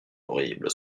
horrible